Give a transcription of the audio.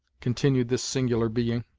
continued this singular being